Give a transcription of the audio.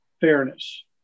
fairness